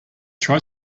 try